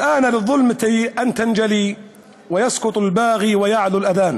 (אומר בערבית: הגיע הזמן שהחושך יחלוף והעוֹשֵׁק ייפול והאד'אן